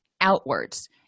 outwards